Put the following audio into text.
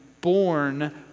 born